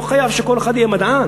לא כל אחד חייב להיות מדען,